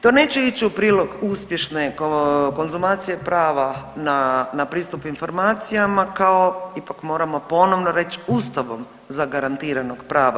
To neće ići u prilog uspješne konzumacije prava na, na pristup informacijama kao ipak moramo ponovno reć ustavom zagarantiranog prava.